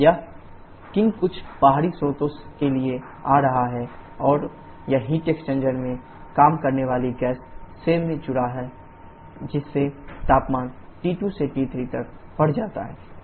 यह qin कुछ बाहरी स्रोत के लिए आ रहा है और यह हीट एक्सचेंजर में काम करने वाली गैस में जुड़ जाता है जिससे तापमान T2 से T3 तक बढ़ जाता है